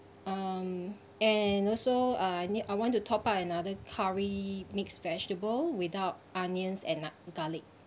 um and also I need I want to top up another curry mixed vegetable without onions and ah garlic